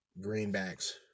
greenbacks